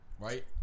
right